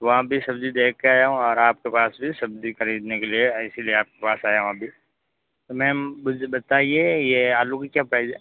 वहाँ भी सब्जी देख के आया हूँ और आपके पास भी सब्जी खरीदने के लिए इसलिए आपके पास आया हूँ अभी तो मेम बताये ये आलू कि क्या प्राइज़ है